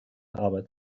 arbeit